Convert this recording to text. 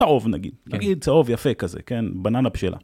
נגיד, נגיד צהוב יפה כזה, כן? בננה בשלה.